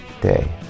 day